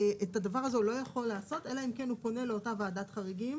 את הדבר הזה הוא לא יכול לעשות אלא אם כן הוא פונה לאותה ועדת חריגים